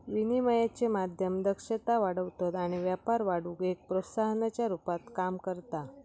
विनिमयाचे माध्यम दक्षता वाढवतत आणि व्यापार वाढवुक एक प्रोत्साहनाच्या रुपात काम करता